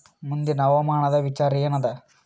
ಮುಂದಿನ ಹವಾಮಾನದ ವಿಚಾರ ಏನದ?